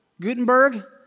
Gutenberg